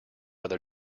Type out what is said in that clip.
other